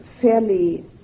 fairly